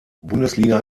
bundesliga